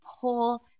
pull